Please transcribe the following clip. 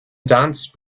dance